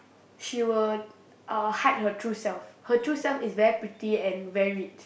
she will uh hide her true self her true self is very pretty and very rich